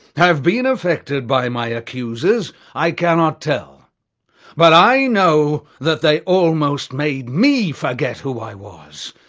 have been affected by my accusers, i cannot tell but i know that they almost made me forget who i was,